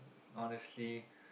honestly